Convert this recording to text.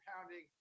pounding